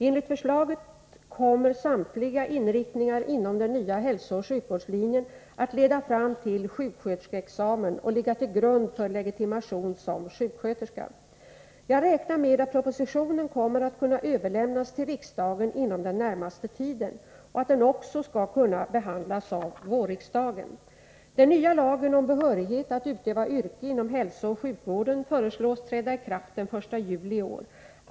Enligt förslaget kommer samtliga inriktningar inom den nya hälsooch sjukvårdslinjen att leda fram till sjuksköterskeexamen och ligga till grund för legitimation som sjuksköterska. Jag räknar med att propositionen kommer att kunna överlämnas till riksdagen inom den närmaste tiden och att den också skall kunna behandlas av vårriksdagen. Den nya lagen om behörighet att utöva yrke inom hälsooch sjukvården föreslås träda i kraft den 1 juli i år.